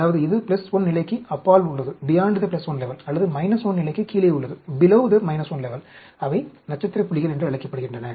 அதாவது இது 1 நிலைக்கு அப்பால் உள்ளது beyond the 1 level அல்லது 1 நிலைக்கு கீழே உள்ளது அவை நட்சத்திர புள்ளிகள் என்று அழைக்கப்படுகின்றன